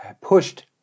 pushed